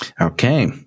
Okay